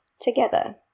together